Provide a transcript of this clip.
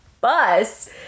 bus